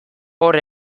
hor